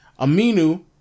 Aminu